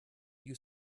you